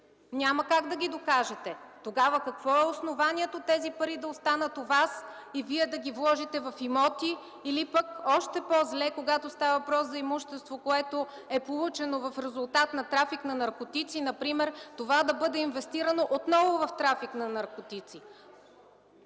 Няма как да ги докажете! Тогава какво е основанието тези пари да останат у Вас и Вие да ги вложите в имоти или пък, още по-зле – когато става въпрос за имущество, което е получено в резултат на трафик на наркотици например, това да бъде инвестирано отново в трафик на наркотици?!